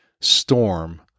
storm